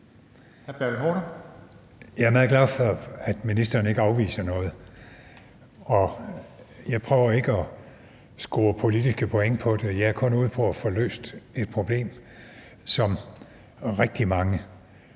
Jeg er glad for, at ministeren ikke afviser noget. Og jeg prøver ikke at score politiske point på det; jeg er kun ude på at få løst et problem, som rigtig mange